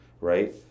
right